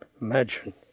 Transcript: imagine